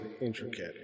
intricate